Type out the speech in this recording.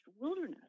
wilderness